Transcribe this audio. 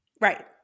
Right